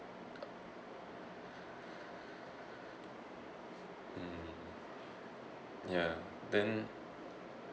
mm ya then